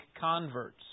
converts